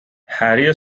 harry